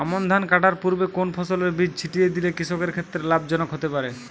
আমন ধান কাটার পূর্বে কোন ফসলের বীজ ছিটিয়ে দিলে কৃষকের ক্ষেত্রে লাভজনক হতে পারে?